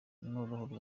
n’uruhare